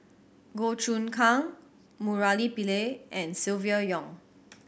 Goh Choon Kang Murali Pillai and Silvia Yong